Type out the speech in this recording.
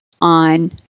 on